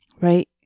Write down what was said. right